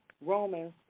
Romans